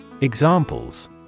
Examples